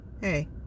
hey